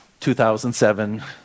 2007